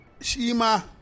Shima